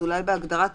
אז אולי בהגדרת עובד,